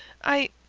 i.